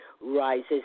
rises